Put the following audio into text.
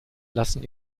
lassen